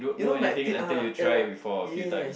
you know like they uh uh yes